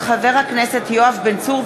מאת חברי הכנסת יואב בן צור,